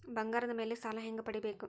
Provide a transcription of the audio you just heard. ಬಂಗಾರದ ಮೇಲೆ ಸಾಲ ಹೆಂಗ ಪಡಿಬೇಕು?